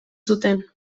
zuten